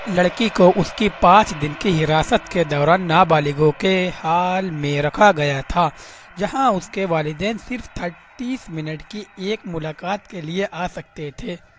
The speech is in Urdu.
لڑکی کو اس کی پانچ دن کی حراست کے دوران نابالغوں کے ہال میں رکھا گیا تھا جہاں اس کے والدین صرف تھٹیس منٹ کی ایک ملاقات کے لیے آ سکتے تھے